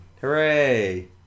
Hooray